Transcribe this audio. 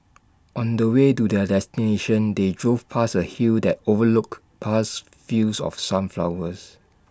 on the way to their destination they drove past A hill that overlooked vast fields of sunflowers